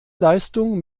leistung